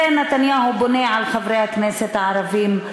ונתניהו בונה על חברי הכנסת הערבים.